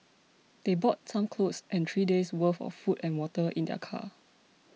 they brought some clothes and three days worth of food and water in their car